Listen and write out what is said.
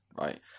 right